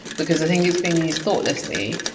because i think it's being used thoughtlessly,